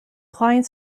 client